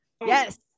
Yes